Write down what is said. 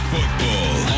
Football